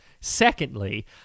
Secondly